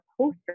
poster